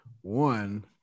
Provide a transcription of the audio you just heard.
one